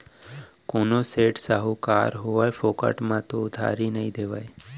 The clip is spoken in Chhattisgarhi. कोनो सेठ, साहूकार होवय फोकट म तो उधारी नइ देवय